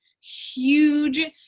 huge